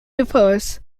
refers